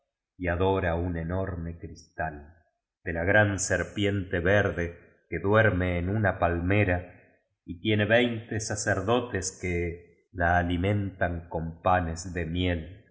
y adora un enorme cristal de la gran serpiente verde que duer me en una palmera y tiene veinte sacerdotes que la alimentan con panes de miel